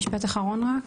משפט אחרון רק.